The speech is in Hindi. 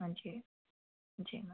हाँ जी जी मैम